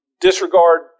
disregard